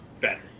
better